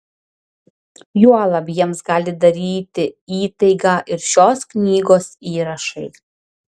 juolab jiems gali daryti įtaigą ir šios knygos įrašai